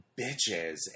bitches